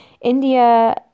India